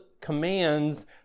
commands